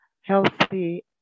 healthy